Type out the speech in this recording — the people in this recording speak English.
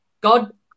God